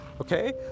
okay